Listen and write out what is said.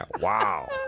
Wow